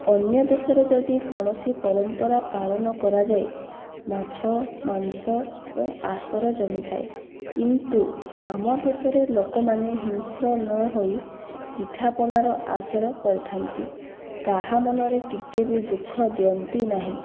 ଅନ୍ୟ ଦେଶରେ ଯଦି କୌଣସି ପରମ୍ପରା ପାଳନ କରାଯାଏ ମାଛ ମାଂସର ଆସର ଜମିଥାଏ କିନ୍ତୁ ଆମ ଦେଶରେ ଲୋକମାନେ ହିଂସ୍ର ନ ହୋଇ ପିଠାପଣାର ଆସର କରିଥାନ୍ତି କାହା ମନରେ ଟିକେ ବି ଦୁଃଖ ଦିଅନ୍ତି ନାହିଁ